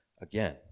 again